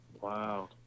Wow